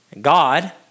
God